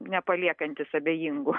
nepaliekantis abejingų